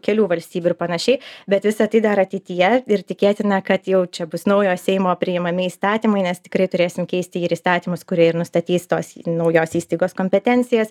kelių valstybių ir panašiai bet visa tai dar ateityje ir tikėtina kad jau čia bus naujo seimo priimami įstatymai nes tikrai turėsim keisti ir įstatymus kurie ir nustatys tos naujos įstaigos kompetencijas